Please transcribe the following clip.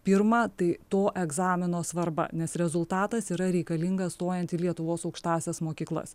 pirma tai to egzamino svarba nes rezultatas yra reikalingas stojant į lietuvos aukštąsias mokyklas